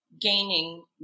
gaining